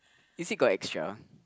is it got extra